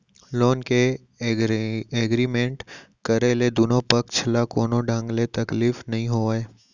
loan के agreement करे ले दुनो पक्छ ल कोनो ढंग ले तकलीफ नइ होवय